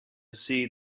see